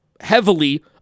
heavily